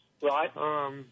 right